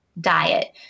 diet